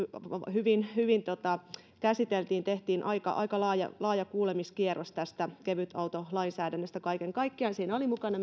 hyvin hyvin käsiteltiin tehtiin aika aika laaja laaja kuulemiskierros tästä kevytautolainsäädännöstä kaiken kaikkiaan siinä oli mukana